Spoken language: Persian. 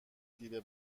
دیده